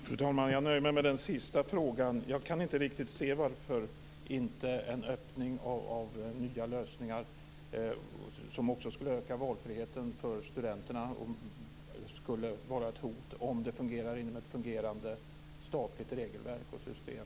Fru talman! Jag nöjer mig med att gå in på den sista frågan. Jag kan inte riktigt se varför en öppning för nya lösningar, som också skulle öka valfriheten för studenterna, skulle vara ett hot om det fungerade inom ett fungerande statligt regelverk och system.